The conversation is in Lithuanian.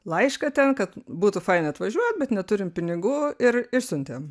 laišką ten kad būtų fainai atvažiuot bet neturim pinigų ir išsiuntėm